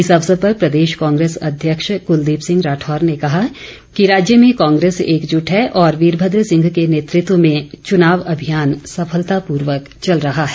इस अवसर पर प्रदेश कांग्रेस अध्यक्ष कुलदीप सिंह राठौर ने कहा कि राज्य में कांग्रेस एकजुट है और वीरभद्र सिंह के नेतृत्व में चुनाव अभियान सफलतापूर्वक चल रहा है